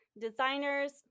designers